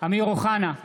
אמיר אוחנה,